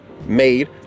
made